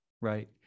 Right